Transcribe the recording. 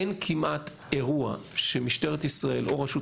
אין כמעט אירוע שמשטרת ישראל או רשות